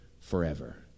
forever